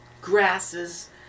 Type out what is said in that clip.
grasses